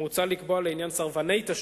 מוצע לקבוע לעניין סרבני תשלום,